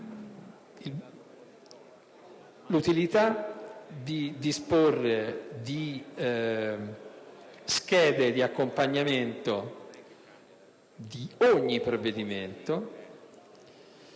quella di disporre di schede di accompagnamento per ogni provvedimento